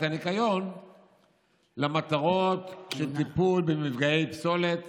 הניקיון למטרות של טיפול במפגעי פסולת